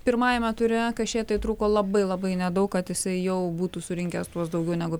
pirmajame ture kašėtai trūko labai labai nedaug kad jisai jau būtų surinkęs tuos daugiau negu